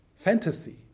fantasy